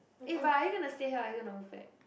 eh but are you gonna stay here or are you gonna move back